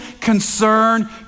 concern